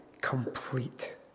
complete